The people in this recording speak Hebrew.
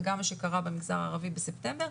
וגם מה שקרה במגזר הערבי בספטמבר,